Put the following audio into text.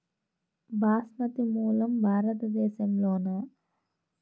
బాస్మతి మూలం భారతదేశంలోనా?